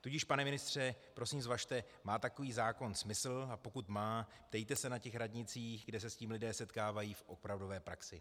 Tudíž, pane ministře, prosím, zvažte, má takový zákon smysl, a pokud má, ptejte se na těch radnicích, kde se s tím lidé setkávají v opravdové praxi.